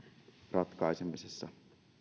ratkaisemisessa